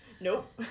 Nope